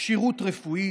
כשירות רפואית,